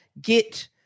get